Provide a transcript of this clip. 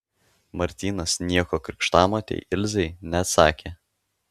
martynas nieko krikštamotei ilzei neatsakė